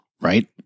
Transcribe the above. Right